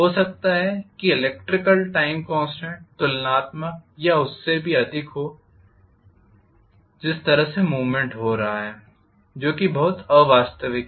हो सकता है कि इलेक्ट्रिकल टाइम कॉन्स्टेंट तुलनात्मक या उससे भी अधिक हो जिस तरह से मूवमेंट हो रहा है जो कि बहुत अवास्तविक है